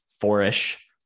four-ish